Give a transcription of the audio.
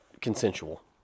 consensual